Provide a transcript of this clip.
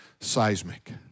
seismic